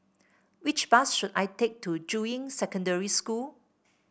which bus should I take to Juying Secondary School